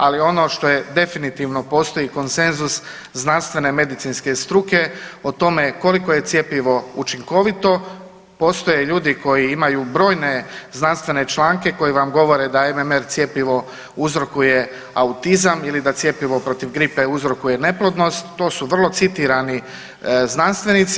Ali ono što definitivno postoji konsenzus znanstvene medicinske struke o tome koliko je cjepivo učinkovito postoje ljudi koji imaju brojne znanstvene članke koji vam govore da je MMR cjepivo uzrokuje autizam ili da cjepivo protiv grupe uzrokuje neplodnost to su vrlo citirani znanstvenici.